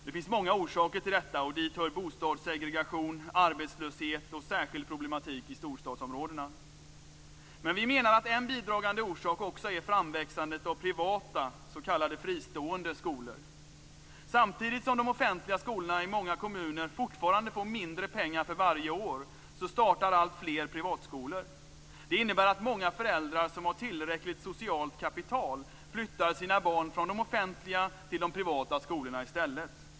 Det finns många orsaker till detta, och dit hör bostadssegregation, arbetslöshet och särskild problematik i storstadsområdena. Men vi menar att en bidragande orsak också är framväxandet av privata - s.k. fristående - skolor. Samtidigt som de offentliga skolorna i många kommuner fortfarande får mindre pengar för varje år startar alltfler privatskolor. Det innebär att många föräldrar som har tillräckligt socialt kapital flyttar sina barn från de offentliga till de privata skolorna i stället.